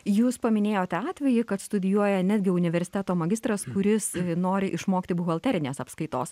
jūs paminėjote atvejį kad studijuoja netgi universiteto magistras kuris nori išmokti buhalterinės apskaitos